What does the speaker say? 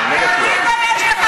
כזה ממשלת שמאל.